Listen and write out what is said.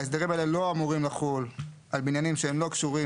ההסדרים האלה לא אמורים לחול על בניינים שהם לא קשורים